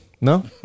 No